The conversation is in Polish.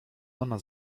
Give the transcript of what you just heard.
ona